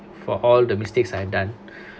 for all the mistakes I've done